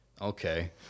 Okay